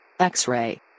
X-Ray